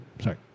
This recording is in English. sorry